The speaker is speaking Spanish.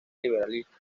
liberalismo